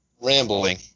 rambling